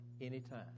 anytime